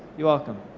you're welcome.